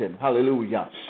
hallelujah